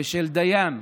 ושל דיין,